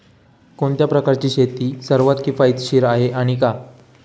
कोणत्या प्रकारची शेती सर्वात किफायतशीर आहे आणि का?